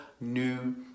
new